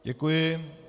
Děkuji.